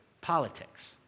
politics